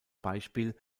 beispiel